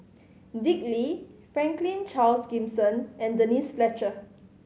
Dick Lee Franklin Charles Gimson and Denise Fletcher